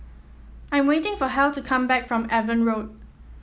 I am waiting for Hal to come back from Avon Road